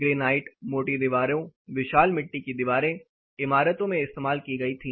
granite मोटी दीवारों विशाल मिट्टी की दीवारें इमारतों में इस्तेमाल की गई थी